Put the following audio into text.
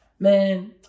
Man